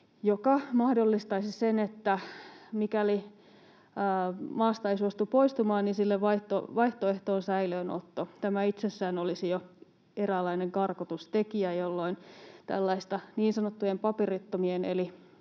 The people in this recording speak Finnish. joka mahdollistaisi sen, että mikäli maasta ei suostu poistumaan, sille vaihtoehto on säilöönotto. Tämä itsessään olisi jo eräänlainen karkotustekijä, jolloin tällaista niin sanottujen paperittomien